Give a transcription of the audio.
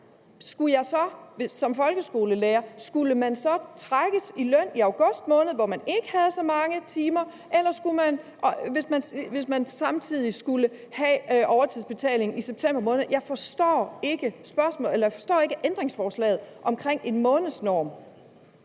Skulle man så som folkeskolelærer trækkes i løn i august måned, hvor man ikke har så mange timer, og samtidig have overtidsbetaling i september måned? Jeg forstår ikke ændringsforslaget om en månedsnorm.